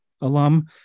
alum